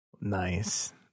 Nice